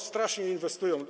Strasznie inwestują.